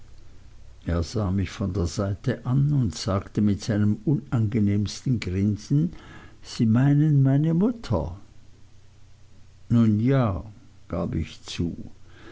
er sah mich von der seite an und sagte mit seinem unangenehmsten grinsen sie meinen die mutter nun ja gab ich zu